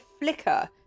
flicker